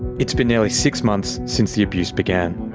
it's been nearly six months since the abuse began.